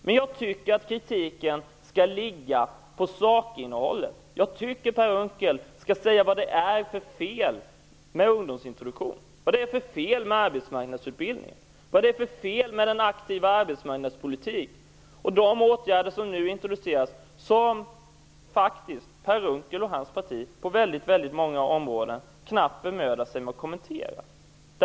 Men jag tycker att kritiken skall gälla sakinnehållet. Jag tycker Per Unckel skall säga vad det är för fel med ungdomsintroduktion, vad det är för fel med arbetsmarknadsutbildning, vad det är för fel med den aktiva arbetsmarknadspolitik och de åtgärder som nu introduceras och som faktiskt Per Unckel och hans parti på många områden knappt bemödar sig om att kommentera.